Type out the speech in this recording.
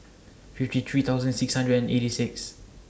fifty three thousand six hundred and eighty six